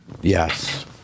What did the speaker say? Yes